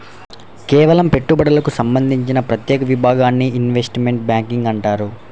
కేవలం పెట్టుబడులకు సంబంధించిన ప్రత్యేక విభాగాన్ని ఇన్వెస్ట్మెంట్ బ్యేంకింగ్ అంటారు